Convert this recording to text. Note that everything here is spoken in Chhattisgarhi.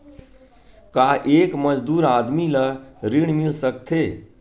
का एक मजदूर आदमी ल ऋण मिल सकथे?